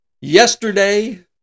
yesterday